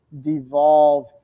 devolve